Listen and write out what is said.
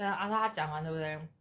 then af~ after 他讲完对不对